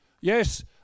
Yes